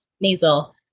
nasal